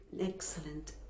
excellent